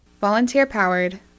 Volunteer-powered